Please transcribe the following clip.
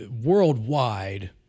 worldwide